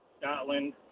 Scotland